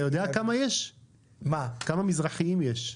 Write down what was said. אתה יודע כמה מזרחיים יש?